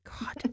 God